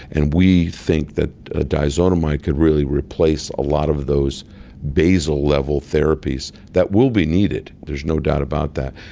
and we think that ah diazonamide could really replace a lot of those basal level therapies that will be needed, there's no doubt about that,